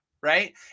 right